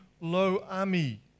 Lo-Ami